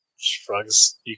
Shrugs